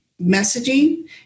messaging